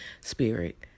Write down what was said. spirit